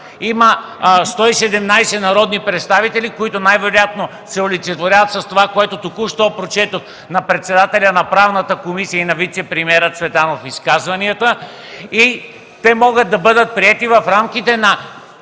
Има 117 народни представители, които най-вероятно се олицетворяват с това, което току-що прочетох – изказванията на председателя на Правната комисия и на вицепремиера Цветанов. Те могат да бъдат приети в рамките на